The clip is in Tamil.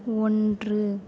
ஒன்று